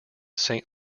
saint